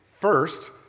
First